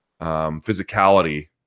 physicality